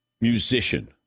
Musician